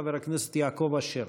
חבר הכנסת יעקב אשר.